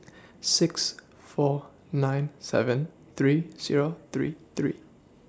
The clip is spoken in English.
six four nine seven three Zero three three